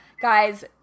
Guys